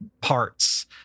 parts